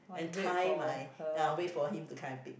and tie my ah wait for him to come and pick me